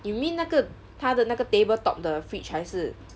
you mean 那个他的那个 table top 的 fridge 还是